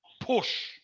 push